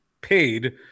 paid